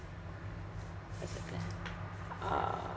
Etiqa uh